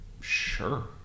sure